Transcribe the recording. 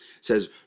says